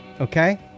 okay